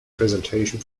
presentation